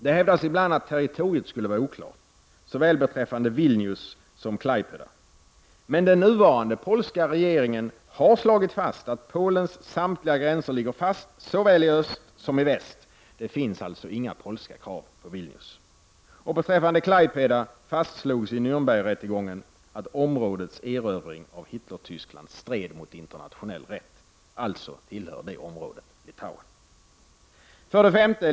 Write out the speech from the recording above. Det hävdas ibland att territoriet skulle vara oklart, såväl beträffande Vilnius som Klaipeda. Men den nuvarande polska regeringen har slagit fast att Polens samtliga gränser ligger fast, såväl i öst som i väst. Det finns alltså inga polska krav på Vilnius. Och beträffande Klaipeda fastslogs i Närnbergrättegången att områdets erövring av Hitler-Tyskland stred mot internationell rätt. Alltså tillhör området Litauen. 5.